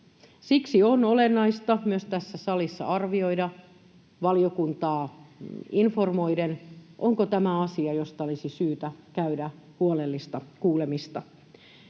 Siksi on olennaista myös tässä salissa arvioida — valiokuntaa informoiden — onko tämä asia sellainen, josta olisi syytä käydä huolellista kuulemista.